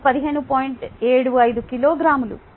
75 కిలోగ్రాములు